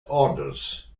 orders